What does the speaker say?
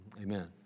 amen